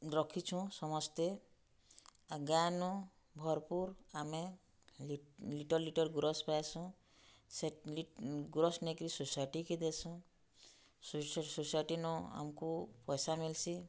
ରଖିଛୁଁ ସମସ୍ତେ ଆଉ ଗାଏନୁ ଭର୍ପୁର୍ ଆମେ ଲିଟର୍ ଲିଟର୍ ଗୁରସ୍ ପାଏସୁଁ ସେ ଗୁରସ୍ ନେଇକରି ସୋସାଇଟିକେ ଦେସୁଁ ସୋସାଇଟିନୁ ଆମ୍କୁ ପଏସା ମିଲ୍ସି